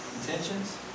Intentions